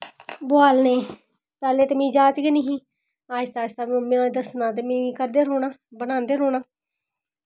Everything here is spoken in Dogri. बोआलने पैह्लें ते मिगी जाच गै निं ही आस्तै आस्तै मिगी दस्सदे रौह्ना ते में करदे रौह्ना ते बनांदे रौह्ना आं